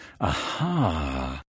Aha